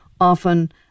often